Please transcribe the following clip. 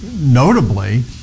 notably